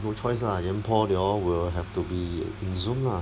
no choice lah yan por they all will have to be in Zoom lah